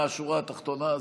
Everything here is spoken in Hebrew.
מה השורה התחתונה?